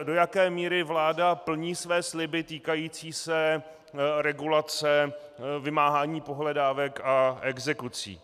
Do jaké míry vláda plní své sliby týkající se regulace vymáhání pohledávek a exekucí.